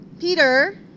Peter